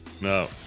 No